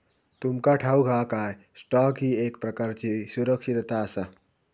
तुमका ठाऊक हा काय, स्टॉक ही एक प्रकारची सुरक्षितता आसा?